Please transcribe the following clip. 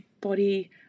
body